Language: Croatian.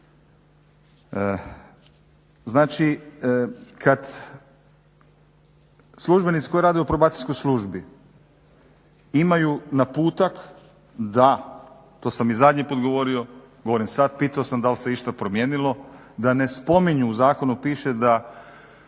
oči. Kada službenici koji rade u Probacijskoj službi imaju naputak da, to sam i zadnji puta govorio, govorim sada, pitao sam da li se išta promijenilo da ne spominju, u zakonu piše da